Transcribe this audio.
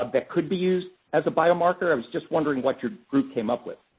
um that could be used as a bio-marker? i was just wondering what your group came up with.